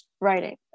writing